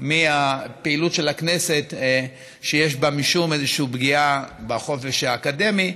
מהפעילות של הכנסת שיש בה משום פגיעה בחופש האקדמי.